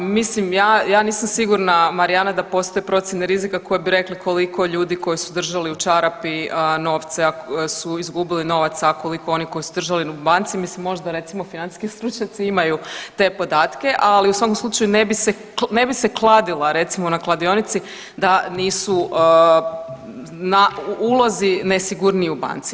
Mislim ja nisam sigurna Marijana da postoje procjene rizika koje bi rekle koliko ljudi koji su držali u čarapi novce su izgubili novaca, a koliko oni koji su držali u banci, mislim možda recimo financijski stručnjaci imaju te podatke, ali u svakom slučaju ne bi se kadila recimo na kladionici da nisu ulozi nesigurniji u banci.